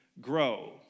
grow